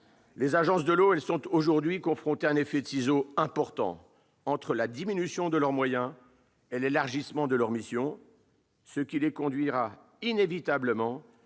Les agences de l'eau sont aujourd'hui confrontées à un effet de ciseaux important, entre la diminution de leurs moyens et l'élargissement de leurs missions, ce qui les conduira inévitablement